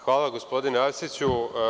Hvala gospodine Arsiću.